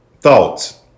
thoughts